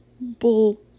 bull